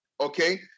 okay